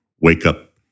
wake-up